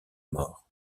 mort